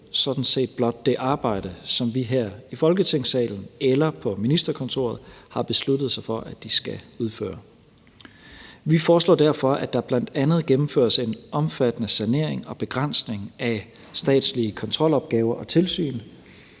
sådan set blot det arbejde, som vi her i Folketingssalen eller på ministerkontoret har besluttet sig for at de skal udføre. Vi foreslår derfor, at der bl.a. gennemføres en omfattende sanering og begrænsning af statslige kontrolopgaver og tilsyn,